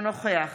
אינו נוכח